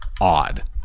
odd